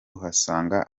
uhasanga